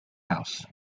house